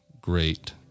great